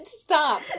Stop